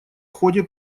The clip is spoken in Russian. ходе